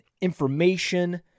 information